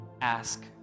ask